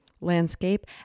landscape